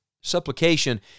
Supplication